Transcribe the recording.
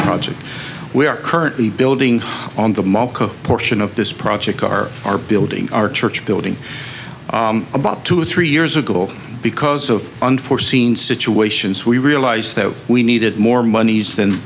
project we are currently building on the mako portion of this project are our building our church building about two or three years ago because of unforeseen situations we realized that we needed more moneys than